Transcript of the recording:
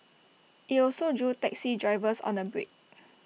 IT also drew taxi drivers on A break